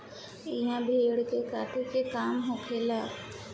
इहा भेड़ के काटे के काम होखेला